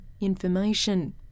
information